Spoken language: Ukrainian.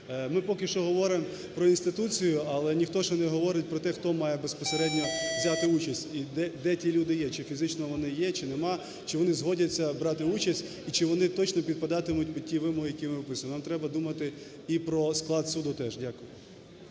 ми поки що говоримо про інституцію, але ніхто ще не говорить про те, хто має безпосередньо взяти участь і де ті люди є, чи фізично вони є, чи нема, чи вони згодяться брати участь і чи вони точно підпадатимуть під ті вимоги, які ми виписуємо. Нам треба думати і про склад суду теж. Дякую.